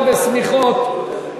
שאף אחד לא יכסה את הפנים שלו בשמיכות,